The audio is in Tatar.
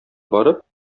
барып